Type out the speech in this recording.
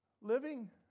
living